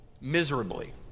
miserably